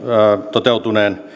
toteutuneen